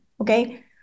okay